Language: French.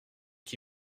qui